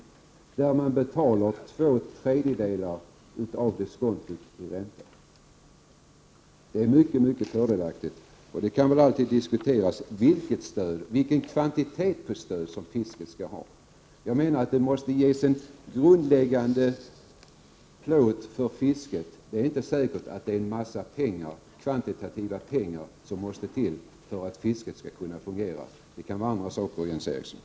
För fiskerilånen betalar man två tredjedelar av diskontot i ränta. Det är mycket fördelaktigt, och det kan alltid diskuteras vilket stöd och vilken kvantitet stödet till fisket skall ha. Jag menar att det måste ges en grundläggande plåt för fisket. Det är inte säkert att det måste till en massa pengar för att fisket skall kunna fungera. Det kan röra sig om andra insatser, Jens Eriksson.